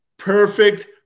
Perfect